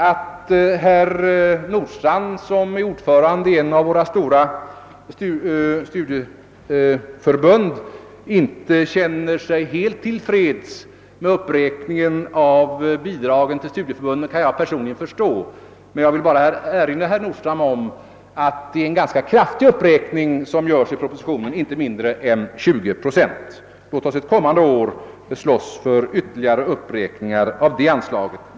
Att herr Nordstrandh som är ordförande i ett av våra stora studieförbund inte känner sig helt till freds med uppräkningen av bidragen till studieförbunden kan jag personligen förstå. Men jag vill bara erinra herr Nordstrandh om att det är en ganska kraftig uppräkning som görs i propositionen, inte mindre än 20 procent. Låt oss ett kommande år slåss för ytterligare uppräkningar av det anslaget.